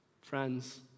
friends